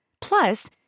Plus